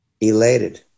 elated